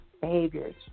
behaviors